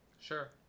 sure